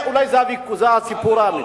אולי זה הסיפור, מה זה